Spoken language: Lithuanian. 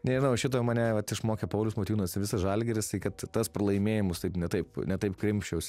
nežinau šito mane vat išmokė paulius motiejūnas visas žalgiris tai kad tas pralaimėjimus taip ne taip ne taip krimsčiausi